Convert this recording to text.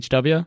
HW